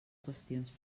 qüestions